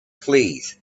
please